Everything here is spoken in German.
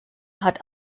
hat